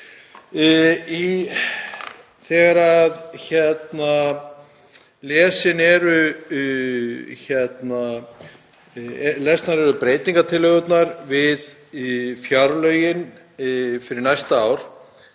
Þegar lesið er um breytingartillögur við fjárlögin fyrir næsta ár